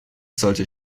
sollte